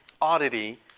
oddity